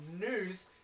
news